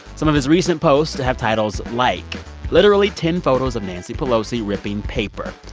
some of his recent posts have titles like literally ten photos of nancy pelosi ripping paper,